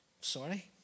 sorry